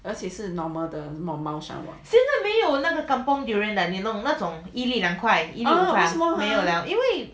而且是 normal 的猫山王为什么 !huh!